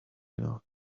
enough